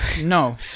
No